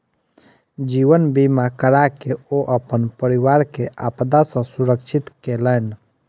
जीवन बीमा कराके ओ अपन परिवार के आपदा सॅ सुरक्षित केलैन